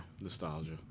Nostalgia